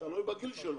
תלוי בגיל שלו.